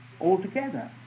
altogether